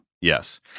Yes